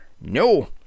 No